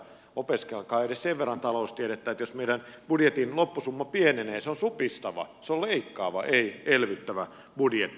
opiskelkaa edes sen verran taloustiedettä että ymmärrätte että jos meidän budjetin loppusumma pienenee se on supistava se on leikkaava ei elvyttävä budjetti